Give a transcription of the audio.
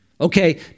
Okay